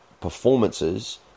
performances